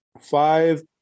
Five